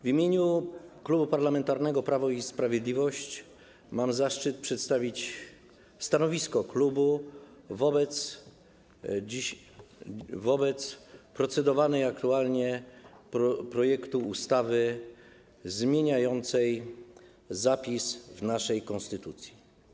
W imieniu Klubu Parlamentarnego Prawo i Sprawiedliwość mam zaszczyt przedstawić stanowisko klubu wobec procedowanego projektu ustawy zmieniającej zapis w naszej konstytucji.